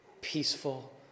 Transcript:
peaceful